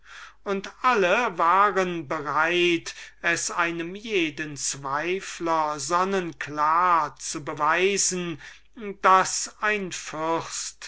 und alle waren bereit es einem jeden zweifler sonnenklar zu beweisen daß ein